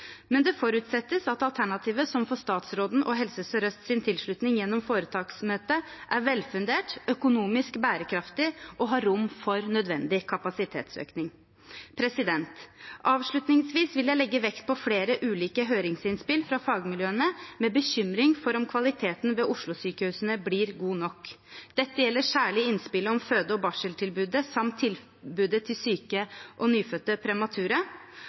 men det forutsettes at alternativet som får statsrådens og Helse Sør-Østs tilslutning gjennom foretaksmøtet er velfundert og økonomisk bærekraftig, og har rom for nødvendig kapasitetsøkning. Avslutningsvis vil jeg legge vekt på flere ulike høringsinnspill fra fagmiljøene med bekymring for om kvaliteten ved Oslo-sykehusene blir god nok. Dette gjelder særlig innspillet om føde- og barseltilbudet, tilbudet til syke og nyfødte premature,